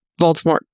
Voldemort